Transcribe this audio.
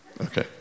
Okay